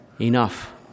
enough